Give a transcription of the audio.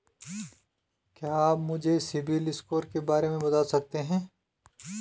क्या आप मुझे सिबिल स्कोर के बारे में बता सकते हैं?